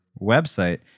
website